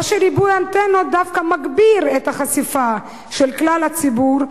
או שריבוי האנטנות דווקא מגביר את החשיפה של כלל הציבור,